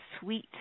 sweet